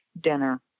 dinner